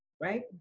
right